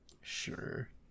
Sure